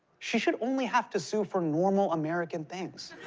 she should only have to sue for normal american things.